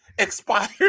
Expired